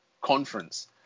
conference